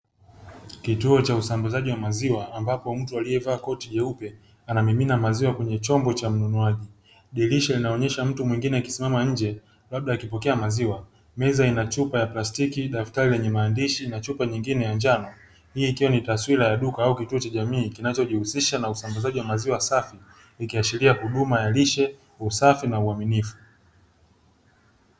Kituo cha usambazaji wa maziwa ambapo mtu aliyevaa koti jeupe anamimina maziwa kwenye chombo cha mnunuaji dirisha linaonyesha mtu mwingine akisimama nje labda akipokea maziwa meza ina chupa ya plastiki daftari lenye maandishi na chupa nyingine ya njano hii ikiwa ni taswira ya duka au kituo cha jamii kinachojihusisha na usambazaji wa maziwa safi ikiashiria huduma ya lishe usafi na uaminifu.